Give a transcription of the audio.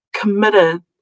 Committed